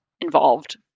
involved